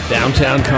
Downtown